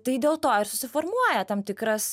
tai dėl to ir susiformuoja tam tikras